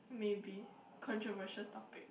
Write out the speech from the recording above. maybe controversial topic